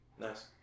Nice